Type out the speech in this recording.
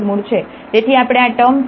તેથી આપણે આ ટૅમ 2 રુટ વિના મેળવીશું